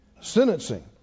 Sentencing